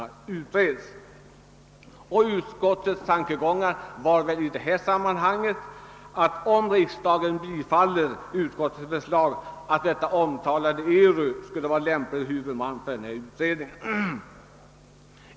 Av särskild vikt är därvid, framhåller utskottet, att frågan om de samhällsekonomiska kostnaderna utreds. Utskottets tanke är väl, att det omtalade ERU skulle vara den lämpligaste huvudmannen för en sådan utredning.